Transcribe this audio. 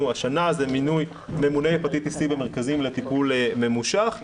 השנה זה מינוי ממונה הפטיטיס סי במרכזים לטיפול ממושך.